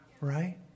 right